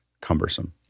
cumbersome